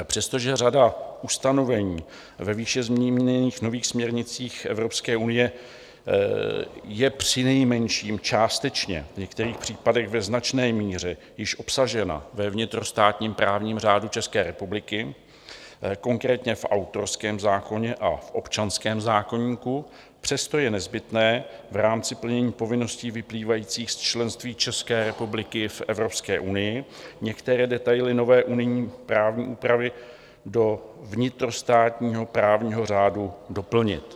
Přestože řada ustanovení ve výše zmíněných nových směrnicích Evropské unie je přinejmenším částečně, v některých případech ve značné míře již obsažena ve vnitrostátním právním řádu České republiky, konkrétně v autorském zákoně a v občanském zákoníku, přesto je nezbytné v rámci plnění povinností vyplývajících z členství České republiky v Evropské unii některé detaily nové unijní právní úpravy do vnitrostátního právního řádu doplnit.